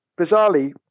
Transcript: bizarrely